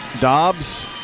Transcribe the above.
Dobbs